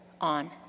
on